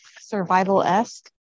survival-esque